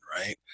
right